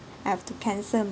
I have to cancel my